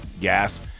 gas